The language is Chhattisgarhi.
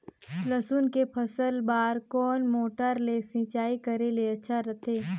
लसुन के फसल बार कोन मोटर ले सिंचाई करे ले अच्छा रथे?